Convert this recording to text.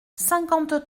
cinquante